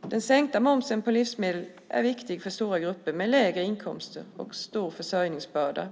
Den sänkta momsen på livsmedel är viktig för stora grupper med lägre inkomster och stor försörjningsbörda